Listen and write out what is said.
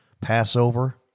Passover